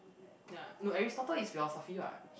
ya no Aristotle is philosophy what